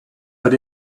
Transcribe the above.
but